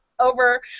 over